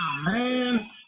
man